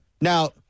Now